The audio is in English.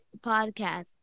podcast